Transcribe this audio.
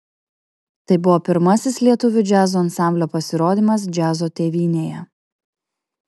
tai buvo pirmasis lietuvių džiazo ansamblio pasirodymas džiazo tėvynėje